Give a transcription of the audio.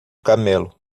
camelo